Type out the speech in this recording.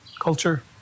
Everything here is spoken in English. culture